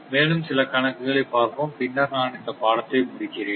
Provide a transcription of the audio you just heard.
மேலும் சில கணக்குகளை பார்ப்போம் பின்னர் நான் இந்த பாடத்தை முடிக்கிறேன்